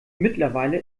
mittlerweile